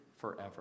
forever